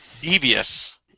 devious